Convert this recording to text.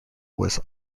was